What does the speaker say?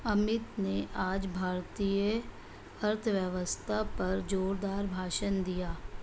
अमित ने आज भारतीय अर्थव्यवस्था पर जोरदार भाषण दिया